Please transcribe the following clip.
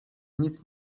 nic